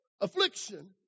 affliction